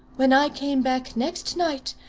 when i came back next night,